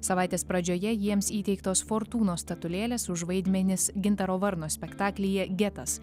savaitės pradžioje jiems įteiktos fortūnos statulėlės už vaidmenis gintaro varno spektaklyje getas